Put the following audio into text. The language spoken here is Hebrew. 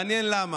מעניין למה.